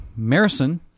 Marison